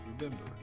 Remember